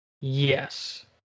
Yes